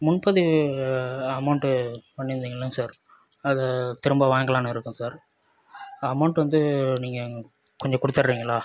முன்பதிவு அமௌன்ட்டு பண்ணிருந்தீங்கல்ல சார் அதை திரும்ப வாங்களான்னு இருக்கேன் சார் அமௌன்ட் வந்து நீங்கள் கொஞ்ச கொடுத்தட்றீங்களா